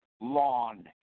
lawn